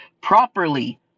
properly